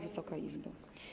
Wysoka Izbo!